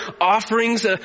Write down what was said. offerings